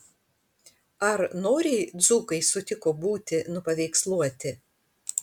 ar noriai dzūkai sutiko būti nupaveiksluoti